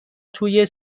توی